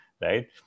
right